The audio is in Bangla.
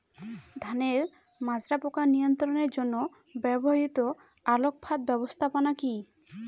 ধানের মাজরা পোকা নিয়ন্ত্রণের জন্য ব্যবহৃত আলোক ফাঁদ ব্যবস্থাপনা কি?